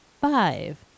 five